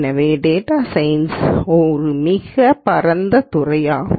எனவே data science ஒரு மிகவும் பரந்த துறையாகும்